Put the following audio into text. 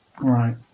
Right